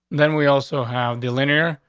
then we also have the linear.